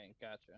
gotcha